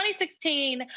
2016